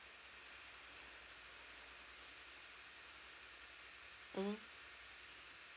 mmhmm